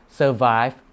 survive